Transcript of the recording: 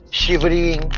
shivering